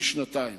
משנתיים.